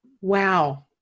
Wow